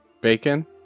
bacon